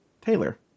Taylor